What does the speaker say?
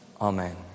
amen